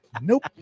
Nope